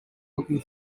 looking